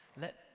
Let